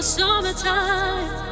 summertime